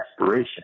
aspiration